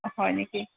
হয় নিকি